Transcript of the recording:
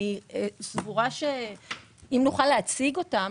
אני סבורה שאם נוכל להציג אותן,